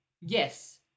Yes